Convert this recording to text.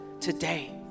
today